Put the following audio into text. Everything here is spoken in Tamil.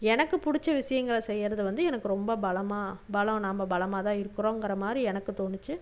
எனக்கு பிடிச்ச விஷயங்கள செய்யறது வந்து எனக்கு ரொம்ப பலமாக பலம் நாம் பலமாக தான் இருக்கிறோங்கிற மாதிரி எனக்கு தோணுச்சு